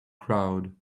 crowd